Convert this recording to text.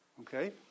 Okay